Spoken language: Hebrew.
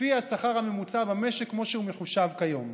לפי השכר הממוצע במשק כמו שהוא מחושב כיום.